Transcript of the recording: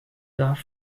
dorf